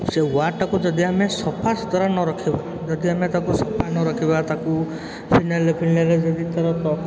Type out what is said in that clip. ସେ ୱାର୍ଡ଼ଟାକୁ ଯଦି ଆମେ ସଫାସୁତୁରା ନରଖିବା ଯଦି ଆମେ ତାକୁ ସଫାନରଖିବା ତାକୁ ଫିନାଇଲ୍ ଫିନାଇଲ୍ ଯଦି ଥିବ ତ